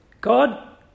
God